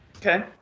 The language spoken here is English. Okay